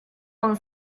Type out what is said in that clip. mon